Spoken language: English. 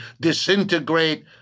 disintegrate